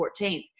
14th